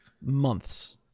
Months